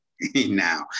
now